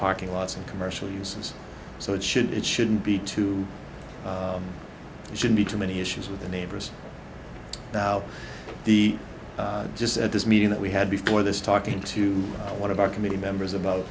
parking lots and commercial uses so it should it shouldn't be too should be too many issues with the neighbors now the just at this meeting that we had before this talking to one of our committee members about